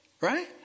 Right